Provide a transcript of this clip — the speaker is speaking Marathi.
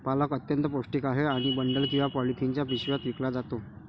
पालक अत्यंत पौष्टिक आहे आणि बंडल किंवा पॉलिथिनच्या पिशव्यात विकला जातो